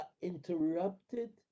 interrupted